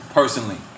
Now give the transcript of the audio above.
personally